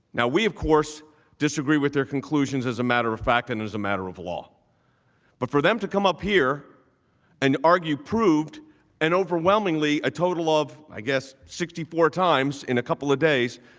no way of course disagree with their conclusions as a matter of fact and as a matter of law but for them to come up here and argue proved an overwhelmingly a total of our guests sixty four times in a couple of days